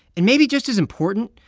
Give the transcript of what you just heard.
and maybe just as important,